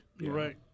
Right